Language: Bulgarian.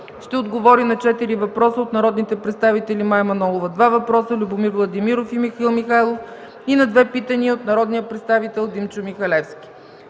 ще отговори на четири въпроса от народните представители Мая Манолова – два въпроса, Любомир Владимиров, и Михаил Михайлов и на две питания от народния представител Димчо Михалевски.